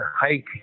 hike